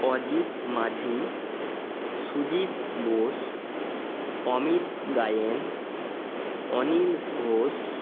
Ajit Majhi Sujit Bose Amit Gayen Anil Ghosh